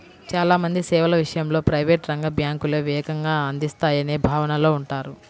చాలా మంది సేవల విషయంలో ప్రైవేట్ రంగ బ్యాంకులే వేగంగా అందిస్తాయనే భావనలో ఉంటారు